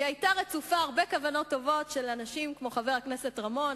והיא היתה רצופה הרבה כוונות טובות של אנשים כמו חבר הכנסת רמון,